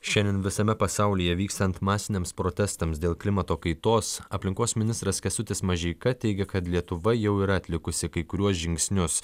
šiandien visame pasaulyje vykstant masiniams protestams dėl klimato kaitos aplinkos ministras kęstutis mažeika teigia kad lietuva jau yra atlikusi kai kuriuos žingsnius